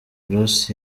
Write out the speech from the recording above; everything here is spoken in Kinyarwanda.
ross